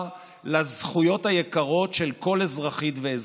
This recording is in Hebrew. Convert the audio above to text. לזכויות היקרות של כל אזרחית ואזרח.